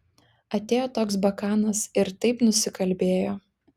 atėjo toks bakanas ir taip nusikalbėjo